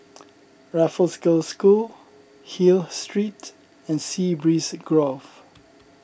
Raffles Girls' School Hill Street and Sea Breeze Grove